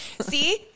See